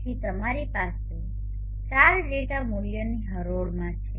તેથી તમારી પાસે ચાર ડેટા મૂલ્યોની હરોળમાં છે